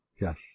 Yes